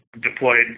deployed